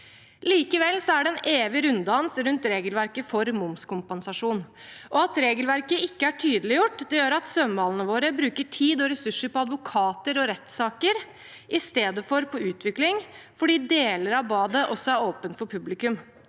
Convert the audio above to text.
Likevel er det en evig runddans rundt regelverket for momskompensasjon. At regelverket ikke er tydeliggjort, gjør at svømmehallene våre bruker tid og ressurser på advokater og rettssaker i stedet for på utvikling, fordi deler av badet også er åpent for publikum.